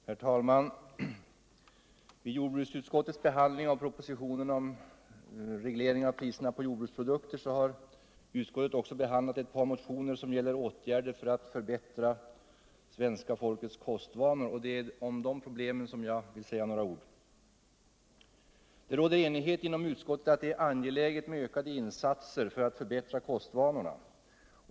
Herr talman! Vid jordbruksutskottets behandling av propositionen om reglering av priserna på jordbruksprodukter har utskottet också behandlat ett par motioner som gäller åtgärder för att förbättra svenska folkets kostvanor, och det är om de problemen jag vill säga några ord. Det råder enighet inom utskottet om att det är angeläget med ökade insatser för att förbättra kostvanorna.